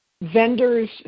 vendors